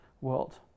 world